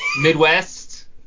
Midwest